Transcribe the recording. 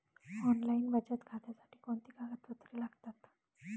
Online बचत खात्यासाठी कोणती कागदपत्रे लागतात?